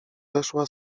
weszła